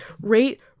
rate